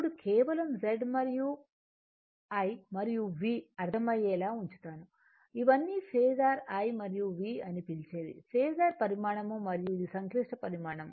ఇప్పుడు కేవలం Z మరియు I మరియు V అర్థమయ్యేలా ఉంచుతాను ఇవన్నీ ఫేసర్ I మరియు V అని పిలిచేవి ఫేసర్ పరిమాణం మరియు ఇది సంక్లిష్ట పరిమాణం